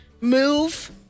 move